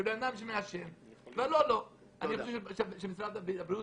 אני חושב שמשרד הבריאות